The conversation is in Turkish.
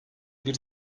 bir